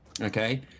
Okay